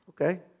Okay